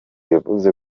yavuze